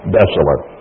desolate